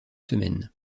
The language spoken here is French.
semaines